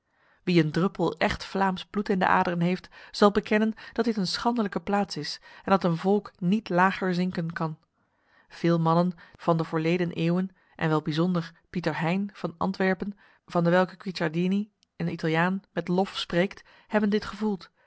wie een druppel echt vlaams bloed in de aderen heeft zal bekennen dat dit een schandelijke plaats is en dat een volk niet lager zinken kan veel mannen van de voorleden eeuwen en wel bijzonder pieter hein van antwerpen van dewelke guiccardini een italiaan met lof spreekt hebben dit gevoeld